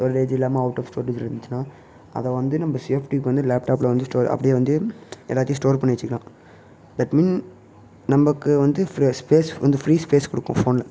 storage இல்லாமல் out of ஸ்டோரேஜ்ல இருந்துச்சுனால் அதை வந்து நம்ம சேஃப்ட்டி பண்ணி லேப்டாப்பில் வந்து அப்படியே வந்து எல்லாத்தையும் ஸ்டோர் பண்ணி வச்சிக்கலாம் தட் மீன் நம்பக்கு வந்து பிரெஷ் ஸ்பேஸ் வந்து ஃப்ரீ ஸ்பேஸ் கொடுக்கும் ஃபோன்ல